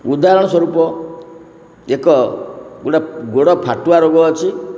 ଉଦାହରଣ ସ୍ୱରୂପ ଏକ ଗୋଡ଼ ଫାଟୁଆ ରୋଗ ଅଛି